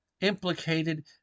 implicated